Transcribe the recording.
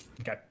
Okay